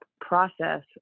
process